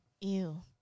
Ew